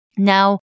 Now